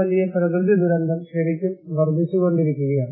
വലിയ പ്രകൃതി ദുരന്തം ശരിക്കും വർദ്ധിച്ചുകൊണ്ടിരിക്കുകയാണ്